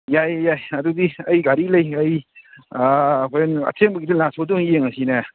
ꯌꯥꯏꯌꯦ ꯌꯥꯏ ꯑꯗꯨꯒꯤ ꯑꯩ ꯒꯥꯔꯤ ꯂꯩꯔꯤꯉꯩ ꯍꯣꯔꯦꯟ ꯑꯊꯦꯡꯕꯒꯤ ꯂꯥꯁ ꯁꯣꯗ ꯑꯣꯏꯅ ꯌꯦꯡꯉꯁꯤꯅꯦ